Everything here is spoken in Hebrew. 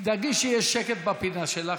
תדאגי שיהיה שקט בפינה שלך.